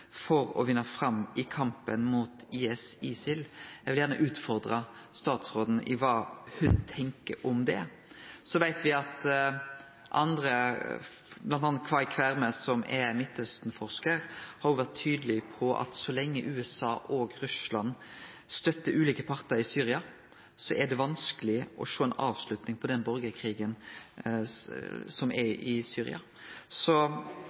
for å vinne fram i kampen mot IS, eller ISIL. Eg vil gjerne utfordre statsråden på kva ho tenkjer om det. Så veit me at andre, m.a. Kai Kverme, som er Midtøsten-forskar, òg har vore tydelege på at så lenge USA og Russland stør ulike partar i Syria, er det vanskeleg å sjå ei avslutning på den borgarkrigen som